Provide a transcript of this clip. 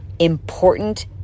important